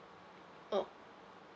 oh